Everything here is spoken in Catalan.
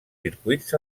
circuits